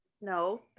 No